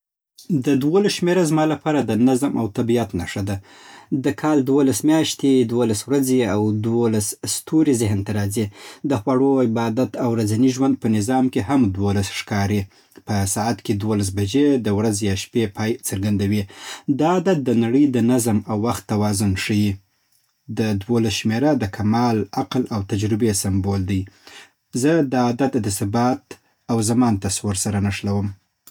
د دولس شمېره زما لپاره د نظم او طبیعت نښه ده. د کال دولس میاشتې، دولس ورځې، او دولس ستوري ذهن ته راځي. د خواړو، عبادت او ورځني ژوند په نظام کې هم دولس ښکاري. په ساعت کې دولس بجې د ورځ یا شپې پای څرګندوي. دا عدد د نړۍ د نظم او وخت توازن ښيي. د دولس شمېره د کمال، عقل او تجربې سمبول دی. زه دا عدد د ثبات، او زمان تصور سره تښلوم.